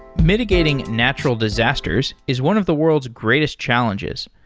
mitigating natural disasters is one of the world's greatest challenges.